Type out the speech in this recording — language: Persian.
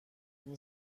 این